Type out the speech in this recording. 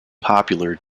popular